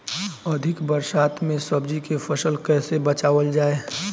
अधिक बरसात में सब्जी के फसल कैसे बचावल जाय?